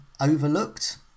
overlooked